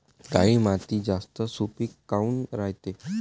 काळी माती जास्त सुपीक काऊन रायते?